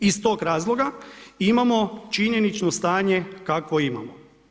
Iz tog razloga, imamo činjenično stanje, kakvo imamo.